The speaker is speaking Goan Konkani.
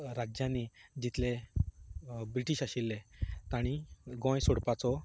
राज्यांनी जितले ब्रिटीश आशिल्ले तांणी गोंय सोडपाचो